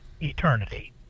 eternity